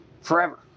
forever